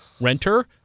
renter